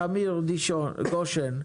תמיר גשן,